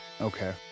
okay